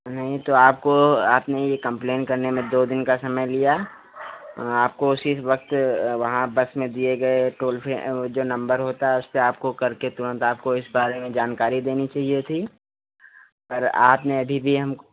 नहीं तो आपको आपने यह कंप्लेन करने में दो दिन का समय लिया आपको उसी वक़्त वहाँ बस में दिए गए टोल फ़ी है वह जो नंबर होता है उसपर आपको करके तुरंत आपको इस बारे में जानकारी देनी चाहिए थी पर आपने अभी भी हमको